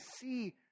see